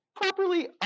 Properly